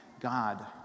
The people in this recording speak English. God